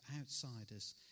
outsiders